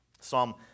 Psalm